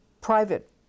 private